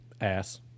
Ass